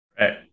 Right